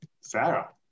Sarah